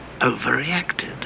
overreacted